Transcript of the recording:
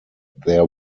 their